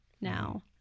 now